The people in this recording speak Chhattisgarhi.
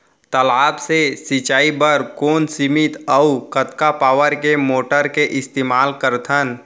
तालाब से सिंचाई बर कोन सीमित अऊ कतका पावर के मोटर के इस्तेमाल करथन?